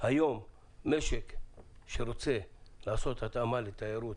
שהיום משק שרוצה לעשות התאמה לתיירות